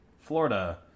Florida